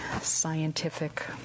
scientific